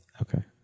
Okay